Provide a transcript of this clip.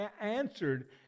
answered